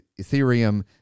Ethereum